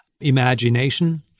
imagination